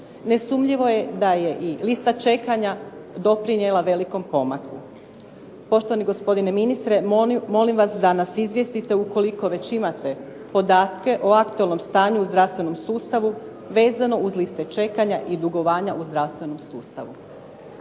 Nesumnjivo je da je i lista čekanja doprinijela velikom pomaku. Poštovani gospodine ministre, molim vas da nas izvijestite ukoliko već imate podatke o aktualnom stanju u zdravstvenom sustavu vezano uz liste čekanja i dugovanja u zdravstvenom sustavu.